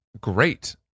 great